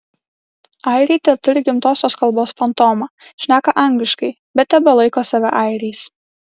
airiai teturi gimtosios kalbos fantomą šneka angliškai bet tebelaiko save airiais